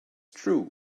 true